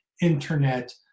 internet